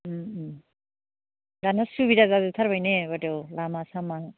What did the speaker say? दानिया सुबिदा जाजोबथारबाय ने बायद' लामा सामा